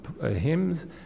hymns